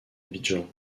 abidjan